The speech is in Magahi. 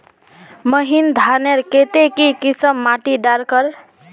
महीन धानेर केते की किसम माटी डार कर?